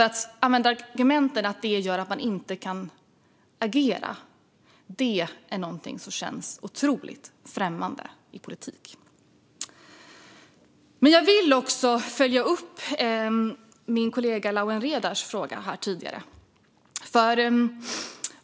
Att argumentera för att detta gör att man inte kan agera känns otroligt främmande inom politiken. Låt mig även följa upp min kollega Lawen Redars fråga.